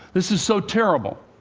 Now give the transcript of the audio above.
this is so terrible.